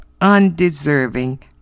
undeserving